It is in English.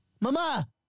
Mama